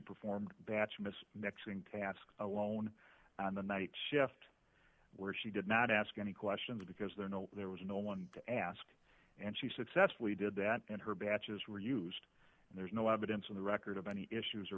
performed batch miss mixing task alone on the night shift where she did not ask any questions because there know there was no one to ask and she successfully did that and her batches were used and there's no evidence on the record of any issues